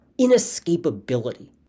inescapability